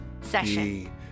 Session